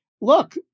look